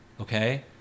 okay